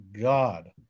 God